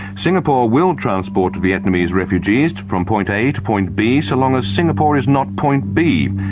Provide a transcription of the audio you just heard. singapore will transport vietnamese refugees from point a to point b, so long as singapore is not point b.